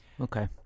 Okay